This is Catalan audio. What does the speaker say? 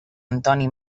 antoni